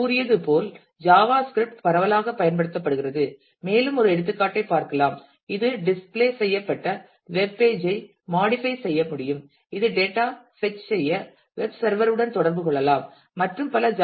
நான் கூறியது போல் ஜாவா ஸ்கிரிப்ட் பரவலாகப் பயன்படுத்தப்படுகிறது மேலும் ஒரு எடுத்துக்காட்டை பார்க்கலாம் இது டிஸ்ப்ளே செய்யப்பட்ட வெப் பேஜ்ஐ மாடிபை செய்ய முடியும் இது டேட்டா பெச் செய்ய வெப் சர்வர் உடன் தொடர்பு கொள்ளலாம் மற்றும் பல